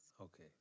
okay